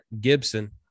Gibson